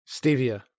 Stevia